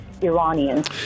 Iranians